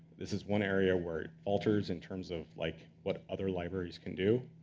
this is one area where it alters, in terms of like what other libraries can do.